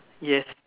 yes